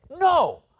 No